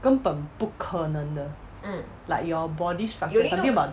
根本不可能的 like your body structure something about